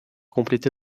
complété